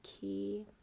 key